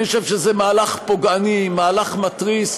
אני חושב שזה מהלך פוגעני, מהלך מתריס,